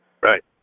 Right